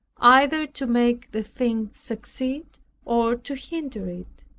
either to make the thing succeed or to hinder it,